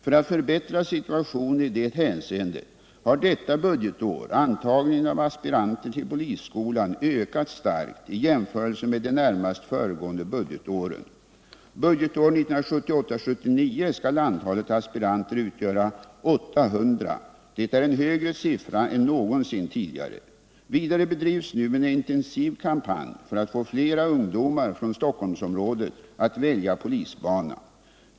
För att förbättra situationen i Torsdagen den det hänseendet har detta budgetår antagningen av aspiranter till polisskolan 1 juni 1978 ökat starkt i jämförelse med de närmast föregående budgetåren. Budgetåret 1978/79 skall antalet aspiranter utgöra 800. Det är en högre siffra än någonsin tidigare. Vidare bedrivs nu en intensiv kampanj för att få flera ungdomar från Stockholmsområdet att välja polisbanan.